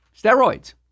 Steroids